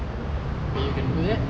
wait you can do that